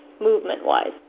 movement-wise